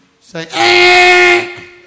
say